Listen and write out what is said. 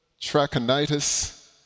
Trachonitis